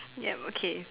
yup okay